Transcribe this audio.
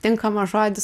tinkamas žodis